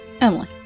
Emily